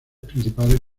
principales